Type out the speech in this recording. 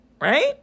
right